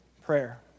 Prayer